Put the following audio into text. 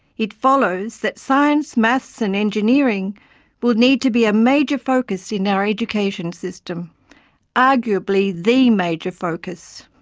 it follows that science, maths and engineering will need to be a major focus in our education system arguably the major focus.